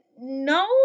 no